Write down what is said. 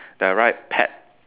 that write pet